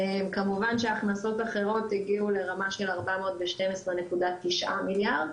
כמובן שהכנסות אחרות הגיעו לרמה של 412.9 מיליארד,